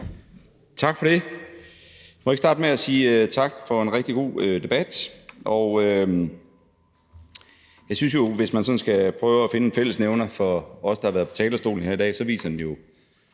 Tak for det. Må jeg ikke starte med at sige tak for en rigtig god debat. Hvis man sådan skal prøve at finde en fællesnævner for os, der har været på talerstolen her i dag, så synes jeg jo,